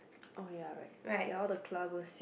oh ya right they are all the clubbers [siol]